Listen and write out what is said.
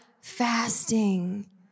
Fasting